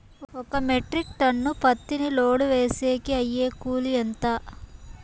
ఒక metric ton పత్తిని load వేసేకి అయ్యే కూలి ఎంత?